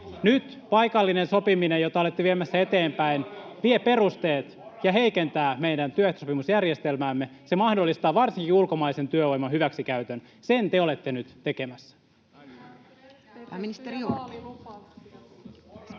Nyt paikallinen sopiminen, jota olette viemässä eteenpäin, vie perusteet ja heikentää meidän työehtosopimusjärjestelmäämme. Se mahdollistaa varsinkin ulkomaisen työvoiman hyväksikäytön. Sen te olette nyt tekemässä.